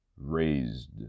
raised